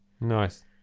Nice